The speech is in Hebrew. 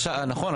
נכון,